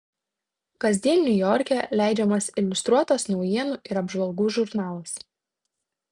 kasdien niujorke leidžiamas iliustruotas naujienų ir apžvalgų žurnalas